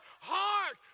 heart